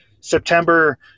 September